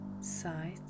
sight